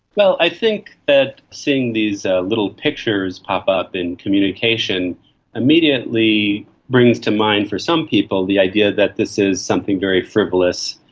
well, i think that seeing these little pictures pop up in communication immediately brings to mind for some people the idea that this is something very frivolous,